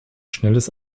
schnelles